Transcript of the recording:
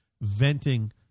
venting